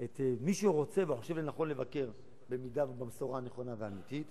את מי שהוא רוצה וחושב לנכון לבקר במידה ובמשורה הנכונה והאמיתית.